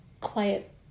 quiet